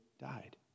died